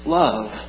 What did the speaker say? love